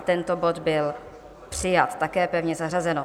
Tento bod byl přijat, je pevně zařazeno.